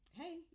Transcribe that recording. hey